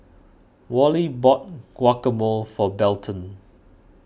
Wally bought Guacamole for Belton